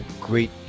great